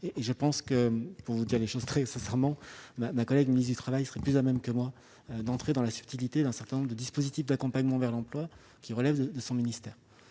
répondrai sur le second, car, très sincèrement, ma collègue ministre du travail serait plus à même que moi d'entrer dans la subtilité d'un certain nombre de dispositifs d'accompagnement vers l'emploi relevant de son ministère.